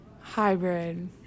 Hybrid